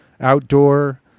outdoor